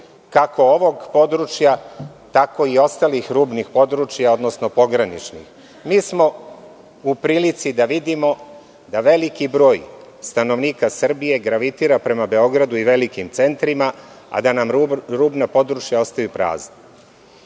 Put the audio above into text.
kako ovog područja, tako i ostalih rubnih područja, odnosno pograničnih? Nismo u prilici da vidimo da veliki broj stanovnika Srbije gravitira prema Beogradu i velikim centrima, a da nam rubna područja ostaju prazna. Imam